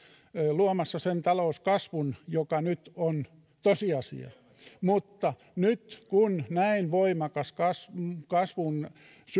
luomassa sen talouskasvun joka nyt on tosiasia mutta nyt kun näin voimakas kasvun kasvun